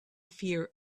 fear